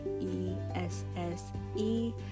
E-S-S-E